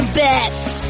best